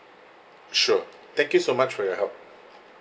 sure thank you so much for your help